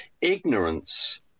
ignorance